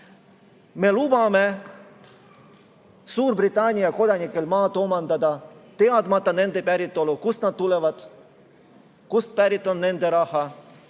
Me lubame Suurbritannia kodanikel maad omandada, teadmata nende päritolu, seda, kust nad tulevad, kust on pärit nende raha,